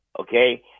okay